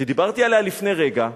שדיברתי עליה לפני רגע,